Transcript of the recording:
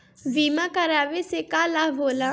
बीमा करावे से का लाभ होला?